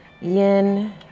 Yin